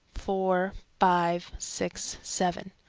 four, five, six, seven.